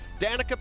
Danica